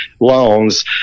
loans